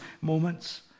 moments